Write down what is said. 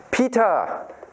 Peter